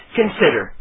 consider